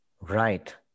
Right